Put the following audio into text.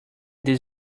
this